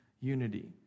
unity